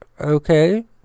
Okay